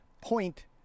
Point